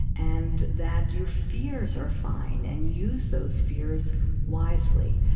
and that your fears are fine, and use those fears wisely.